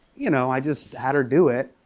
you know, i just had her do it.